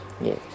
Yes